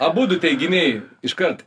abudu teiginiai iškart